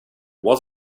was